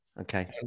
Okay